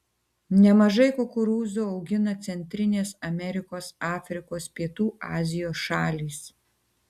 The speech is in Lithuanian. nemažai kukurūzų augina centrinės amerikos afrikos pietų azijos šalys